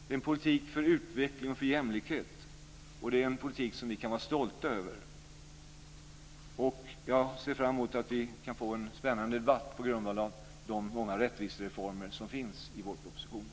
Det är en politik för utveckling och jämlikhet. Det är en politik som vi kan vara stolta över. Jag ser fram emot en spännande debatt på grundval av de många rättvisereformer som finns i vårpropositionen.